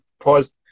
pause